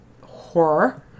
horror